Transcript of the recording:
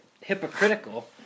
hypocritical